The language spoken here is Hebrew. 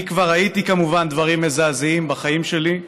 אני כבר ראיתי כמובן דברים מזעזעים בחיים שלי,